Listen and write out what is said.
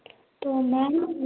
तो मैम